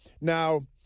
Now